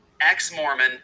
ex-Mormon